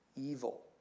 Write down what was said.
evil